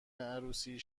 عروسی